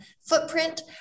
footprint